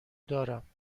دارم